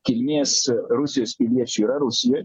kilmės rusijos piliečių yra rusijoj